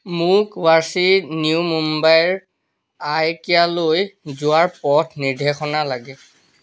মোক ৱাছি নিউ মুম্বাইৰ আইকিয়ালৈ যোৱাৰ পথ নিৰ্দেশনা লাগে